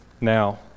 now